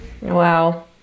Wow